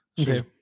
Okay